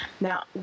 Now